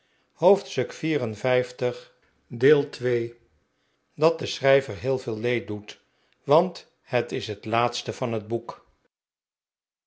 hoofdstuk liv dat den schrijver heel veel leed doet want het is het laatste van het boek